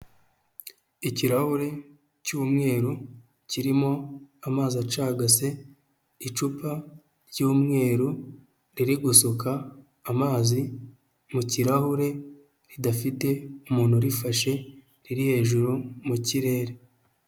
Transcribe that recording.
Ikirahure cy'umweru kirimo amazi acagase icupa ry'umweru riri gusuka amazi mu kirahure ridafite umuntu urifashe riri hejuru mu kirere.